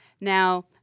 Now